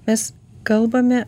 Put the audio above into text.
mes kalbame